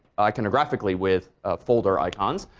iconographically with ah folder icons.